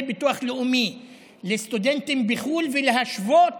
ביטוח לאומי לסטודנטים בחו"ל ולהשוות